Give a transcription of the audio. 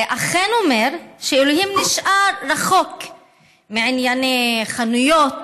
זה אכן אומר שאלוהים נשאר רחוק מענייני חנויות